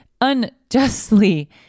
unjustly